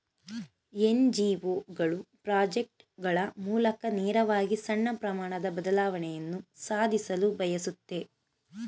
NGO ಗಳು project ಗಳ ಮೂಲಕ ನೇರವಾಗಿ ಸಣ್ಣ ಪ್ರಮಾಣದ ಬದಲಾವಣೆಯನ್ನು ಸಾಧಿಸಲು ಬಯಸುತ್ತೆ